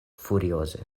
furioze